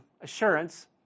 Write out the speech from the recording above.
assurance